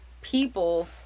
people